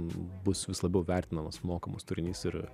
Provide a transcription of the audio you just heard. bus vis labiau vertinamas mokamas turinys ir